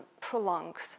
prolongs